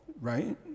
right